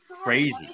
crazy